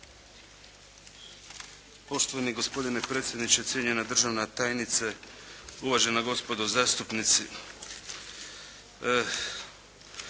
Poštovani gospodine predsjedniče, cijenjena državna tajnice, uvažena gospodo zastupnici.